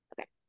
Okay